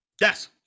Yes